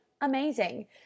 Amazing